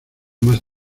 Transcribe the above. más